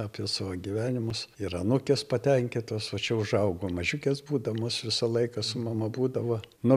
apie savo gyvenimus ir anūkės patenkintos o čia užaugo mažiukės būdamos visą laiką su mama būdavo nu